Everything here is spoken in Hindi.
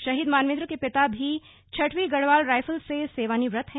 शहीद मानवेंद्र के पिता भी छठवीं गढ़वाल राइफल से सेवानिवृत्त हैं